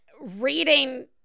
reading